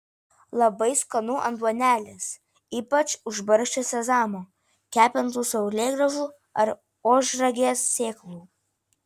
labai skanu ant duonelės ypač užbarsčius sezamo kepintų saulėgrąžų ar ožragės sėklų